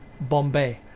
Bombay